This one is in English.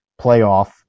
playoff